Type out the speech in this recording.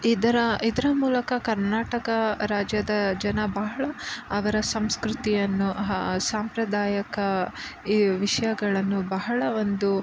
ಇದರ ಇದರ ಮೂಲಕ ಕರ್ನಾಟಕ ರಾಜ್ಯದ ಜನ ಬಹಳ ಅವರ ಸಂಸ್ಕೃತಿಯನ್ನು ಸಾಂಪ್ರದಾಯಕ ಈ ವಿಷಯಗಳನ್ನು ಬಹಳ ಒಂದು